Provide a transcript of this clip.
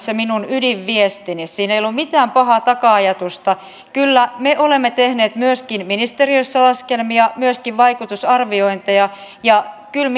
se minun ydinviestini siinä ei ollut mitään pahaa taka ajatusta kyllä me olemme tehneet myöskin ministeriössä laskelmia myöskin vaikutusarviointeja ja kyllä